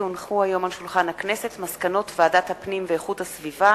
כי הונחו היום על שולחן הכנסת מסקנות ועדת הפנים והגנת הסביבה